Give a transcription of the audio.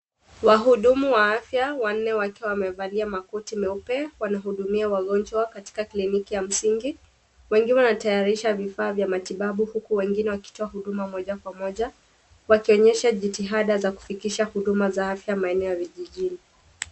Wahudumu wa afya wanne wakiwa wamevalia makoti meupe wanahudumia wagonjwa katika kliniki ya msingi. Wengine wanatayarisha vifaa vya matibabu huku wengine wakitoa huduma moja kwa moja wakionyesha jitihada za kufikisha huduma za afya maeneo ya vijijini.